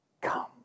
Come